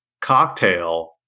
cocktail